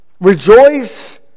Rejoice